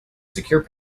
secure